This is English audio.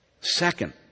Second